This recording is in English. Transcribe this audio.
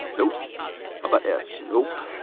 nope. how about s, nope.